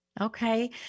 Okay